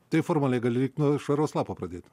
taip formaliai gali eiti nuo švaraus lapo pradėti